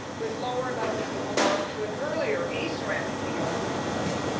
with lower levels that belong to an earlier aceramic neolithic village.